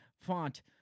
font